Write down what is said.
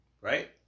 Right